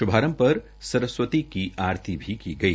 शुभारंभ पर सरस्वती की आरती भी गई